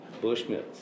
Bushmills